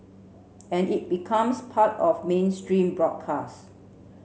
and it becomes part of mainstream broadcast